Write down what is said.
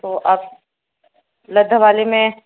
تو آپ لدھا والے میں